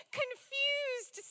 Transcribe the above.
confused